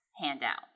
handout